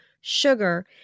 sugar